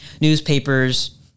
newspapers